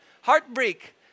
heartbreak